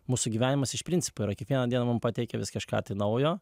mūsų gyvenimas iš principo yra kiekvieną dieną mum pateikia vis kažką naujo